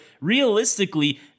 realistically